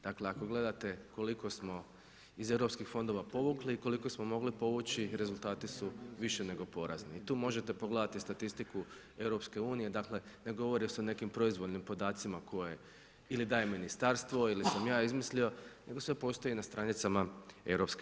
Dakle, ako gledate koliko smo iz EU fondova povukli i koliko smo mogli povući, rezultati su više nego porazni i tu možete pogledati statistiku EU, dakle ne govori se o nekim proizvoljnim podacima koje ili daje ministarstvo ili sam ja izmislio nego sve postoji na stranicama EK.